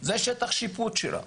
זה שטח השיפוט שלה,